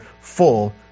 full